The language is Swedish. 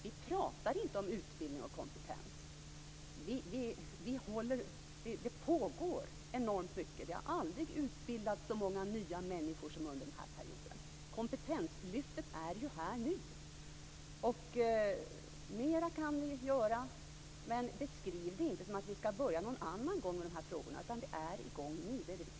Vi talar inte om utbildning och kompetens, utan det pågår enormt mycket. Det har aldrig utbildats så många människor som under den här perioden. Kompetenslyftet sker ju här och nu. Vi kan göra mera, men beskriv det inte som att vi skall ta itu med frågorna vid något annat tillfälle. Det hela är redan i gång nu, och det är det viktiga.